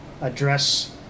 address